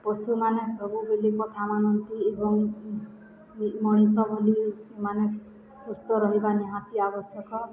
ପଶୁମାନେ ସବୁବେଳେ କଥା ମାନନ୍ତି ଏବଂ ମଣିଷ ବୋଲି ସେମାନେ ସୁସ୍ଥ ରହିବା ନିହାତି ଆବଶ୍ୟକ